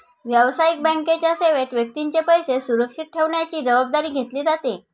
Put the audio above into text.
व्यावसायिक बँकेच्या सेवेत व्यक्तीचे पैसे सुरक्षित ठेवण्याची जबाबदारी घेतली जाते